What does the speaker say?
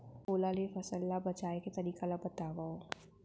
ओला ले फसल ला बचाए के तरीका ला बतावव?